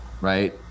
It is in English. right